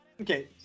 Okay